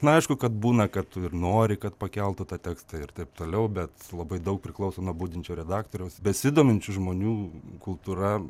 na aišku kad būna kad tu ir nori kad pakeltų tą tekstą ir taip toliau bet labai daug priklauso nuo budinčio redaktoriaus besidominčių žmonių kultūra